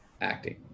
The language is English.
acting